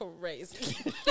crazy